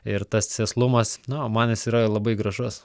ir tas sėslumas na man jis yra labai gražus